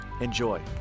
Enjoy